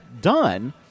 done